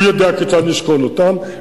הוא יודע כיצד לשקול אותם,